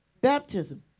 Baptism